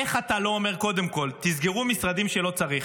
איך אתה לא אומר קודם כול: תסגרו משרדים שלא צריך,